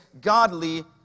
godly